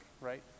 right